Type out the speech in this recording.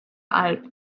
alb